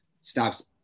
stops